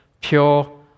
pure